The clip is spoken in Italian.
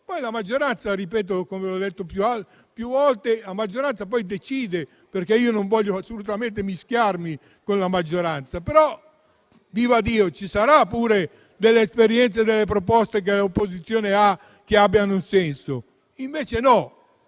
Poi la maggioranza può decidere, come ho detto più volte, perché io non voglio assolutamente mischiarmi con la maggioranza, però vivaddio ci saranno pure delle esperienze e delle proposte che l'opposizione avanza che abbiano un senso. Invece no;